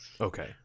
Okay